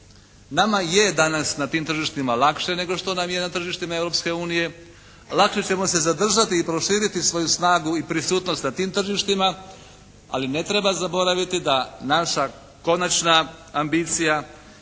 Nama je danas na tim tržištima lakše nego što nam je na tržištima Europske unije. Lakše ćemo se zadržati i proširiti svoju snagu i prisutnost na tim tržištima. Ali ne treba zaboraviti da naša konačna ambicija je